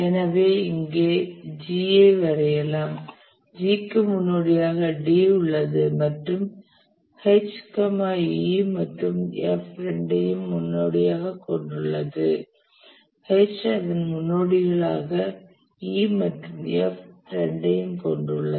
எனவே இங்கே G ஐ வரையலாம் G க்கு முன்னோடியாக D உள்ளது மற்றும் H E மற்றும் F இரண்டையும் முன்னோடியாக கொண்டுள்ளது H அதன் முன்னோடியாக E மற்றும் F இரண்டையும் கொண்டுள்ளது